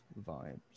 vibes